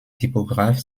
typographe